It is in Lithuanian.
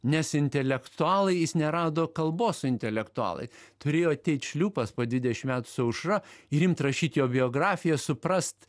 nes intelektualai jis nerado kalbos su intelektualais turėjo ateit šliūpas po dvidešim metų su aušra ir imt rašyt jo biografiją suprast